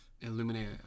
illuminate